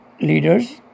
leaders